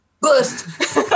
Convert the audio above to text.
boost